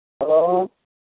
hello